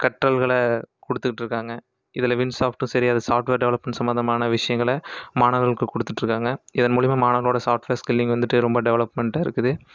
கற்றல்களை கொடுத்துட்டு இருக்காங்க இதில் வின்சாஃப்ட்டு சரி அது சாஃப்ட்வேர் டெவலப்மன்ட் சம்மந்தமான விஷயங்களை மாணவர்களுக்கு கொடுத்துட்டு இருக்காங்க இதன் மூலிமா மாணவர்களோடய சாஃப்ட்வேர் ஸ்கில்லிங் வந்துட்டு ரொம்ப டெவலப்மண்ட்டாக இருக்குது